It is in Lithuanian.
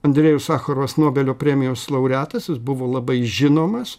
andrėjus sacharovas nobelio premijos laureatas jis buvo labai žinomas